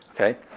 Okay